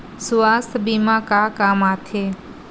सुवास्थ बीमा का काम आ थे?